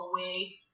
away